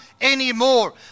anymore